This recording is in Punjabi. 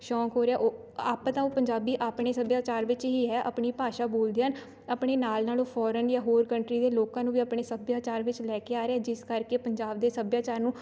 ਸ਼ੌਂਕ ਹੋ ਰਿਹਾ ਓ ਆਪ ਤਾਂ ਉਹ ਪੰਜਾਬੀ ਆਪਣੇ ਸੱਭਿਆਚਾਰ ਵਿੱਚ ਹੀ ਹੈ ਆਪਣੀ ਭਾਸ਼ਾ ਬੋਲਦੇ ਹਨ ਆਪਣੇ ਨਾਲ਼ ਨਾਲ਼ ਉਹ ਫੋਰਨ ਜਾਂ ਹੋਰ ਕੰਨਟਰੀ ਦੇ ਲੋਕਾਂ ਨੂੰ ਵੀ ਆਪਣੇ ਸੱਭਿਆਚਾਰ ਵਿੱਚ ਲੈ ਕੇ ਆ ਰਹੇ ਹੈ ਜਿਸ ਕਰਕੇ ਪੰਜਾਬ ਦੇ ਸੱਭਿਆਚਾਰ ਨੂੰ